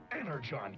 energon